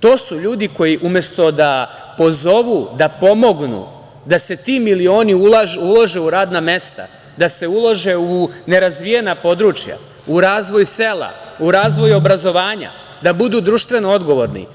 To su ljudi koji umesto da pozovu, da pomognu da se ti milioni ulože u radna mesta, da se ulože u nerazvijena područja, u razvoj sela, u razvoj obrazovanja, da budu društveno odgovorni,